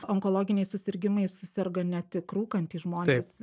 onkologiniais susirgimai suserga ne tik rūkantys žmonės